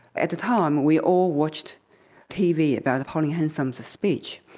at the time we all watched tv about pauline hanson's speech,